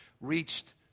reached